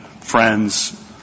friends